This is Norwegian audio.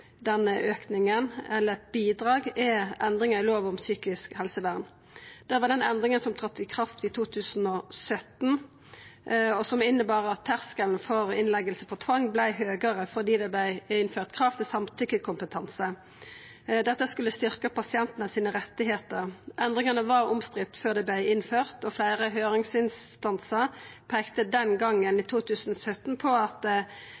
denne auken er endringa i lov om psykisk helsevern. Det var den endringa som tredde i kraft i 2017, og som innebar at terskelen for innlegging med tvang vart høgare fordi det vart innført krav til samtykkekompetanse. Dette skulle styrkja pasientane sine rettar. Endringane var omstridde før dei vart innførte, og fleire høyringsinstansar peikte den gongen, i 2017, på at